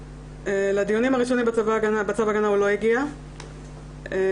לדיונים הראשונים בצו הגנה הוא לא הגיעה והייתי